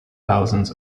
thousands